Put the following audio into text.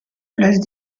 place